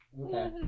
Okay